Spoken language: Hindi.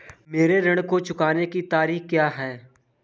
मेरे ऋण को चुकाने की तारीख़ क्या है?